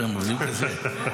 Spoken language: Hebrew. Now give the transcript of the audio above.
חשוב מאוד.